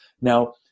Now